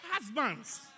husbands